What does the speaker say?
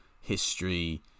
history